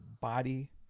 body